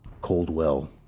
Coldwell